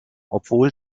obwohl